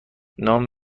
نام